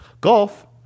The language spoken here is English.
Golf